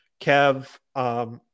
Kev